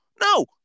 No